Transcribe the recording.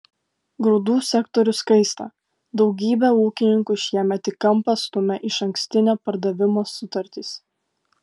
grūdų sektorius kaista daugybę ūkininkų šiemet į kampą stumia išankstinio pardavimo sutartys